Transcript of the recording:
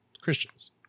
Christians